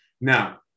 Now